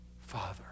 Father